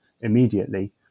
immediately